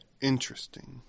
Interesting